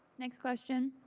next question.